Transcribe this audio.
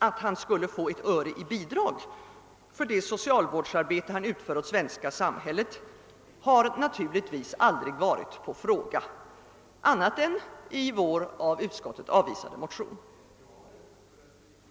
Att han skulle få bidrag för det socialvårsarbete han utför åt det svenska samhället, har naturligtvis aldrig varit på fråga — annat än i vår av utskottet avvisade motion.